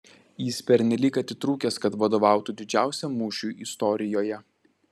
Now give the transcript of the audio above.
jis pernelyg atitrūkęs kad vadovautų didžiausiam mūšiui istorijoje